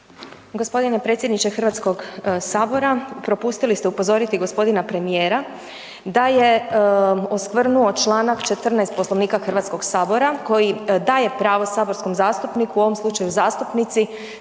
Gospodine predsjedniče Hrvatskog sabora, propustili ste upozoriti gospodina premijera da je oskvrnuo Članak 14. Poslovnika Hrvatskog sabora koji daje pravo saborskom zastupniku u ovom slučaju zastupnici